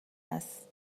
است